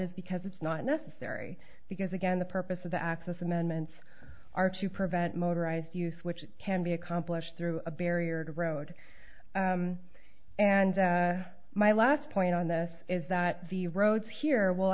is because it's not necessary because again the purpose of the access amendments are to prevent motorized use which can be accomplished through a barrier to road and my last point on this is that the roads here will